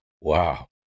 wow